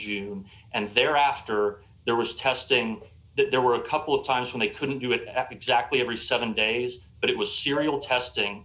june and thereafter there was testing there were a couple of times when they couldn't do it after exactly every seven days but it was serial testing